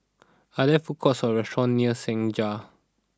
are there food courts or restaurants near Senja